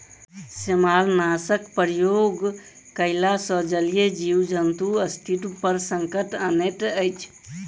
सेमारनाशकक प्रयोग कयला सॅ जलीय जीव जन्तुक अस्तित्व पर संकट अनैत अछि